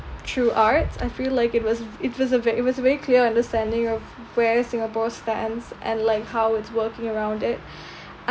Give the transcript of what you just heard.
through arts I feel like it was it was a ve~ it was a very clear understanding of where singapore stands and like how it's working around it